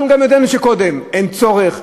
אנחנו גם ידענו קודם לכן שאין צורך,